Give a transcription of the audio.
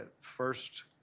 first